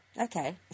okay